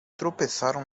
tropeçaram